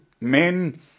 men